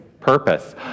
Purpose